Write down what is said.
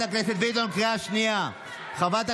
מה קרה,